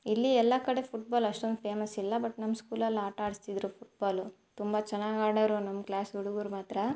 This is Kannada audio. ಇಲ್ಲಿ ಎಲ್ಲ ಕಡೆ ಫುಟ್ಬಾಲ್ ಅಷ್ಟೊಂದು ಫೇಮಸ್ ಇಲ್ಲ ಬಟ್ ನಮ್ಮ ಸ್ಕೂಲಲ್ಲಿ ಆಟ ಆಡಿಸ್ತಿದ್ರು ಫುಟ್ಬಾಲು ತುಂಬ ಚೆನ್ನಾಗಿ ಆಡೋರು ನಮ್ಮ ಕ್ಲಾಸ್ ಹುಡುಗರು ಮಾತ್ರ